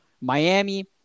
Miami